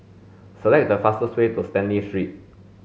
select the fastest way to Stanley Street